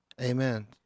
Amen